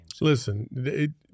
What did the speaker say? Listen